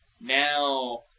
now